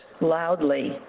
loudly